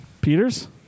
Peters